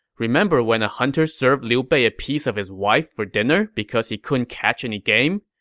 remember when a hunter served liu bei a piece of his wife for dinner because he couldn't catch any game?